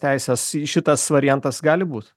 teisės šitas variantas gali būt